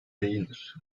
değildir